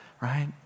Right